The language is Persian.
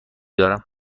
دارم